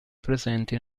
presenti